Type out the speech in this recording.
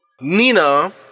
Nina